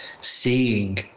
seeing